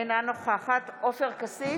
אינה נוכחת עופר כסיף,